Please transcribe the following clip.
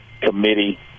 Committee